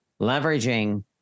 leveraging